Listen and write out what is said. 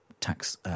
tax